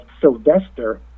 Sylvester